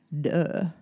Duh